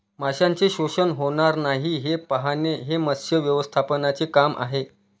माशांचे शोषण होणार नाही हे पाहणे हे मत्स्य व्यवस्थापनाचे काम आहे